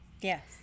Yes